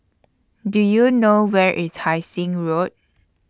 Do YOU know Where IS Hai Sing Road